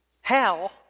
hell